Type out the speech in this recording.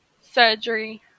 surgery